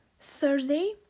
Thursday